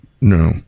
No